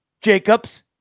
Jacobs